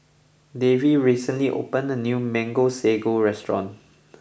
Davie recently opened a new Mango Sago restaurant